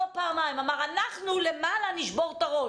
פעמיים ואמר: אנחנו למעלה נשבור את הראש